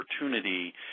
opportunity